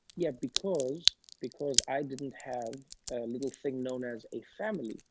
yeah, because because i didn't have a little thing known as a family,